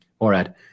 Morad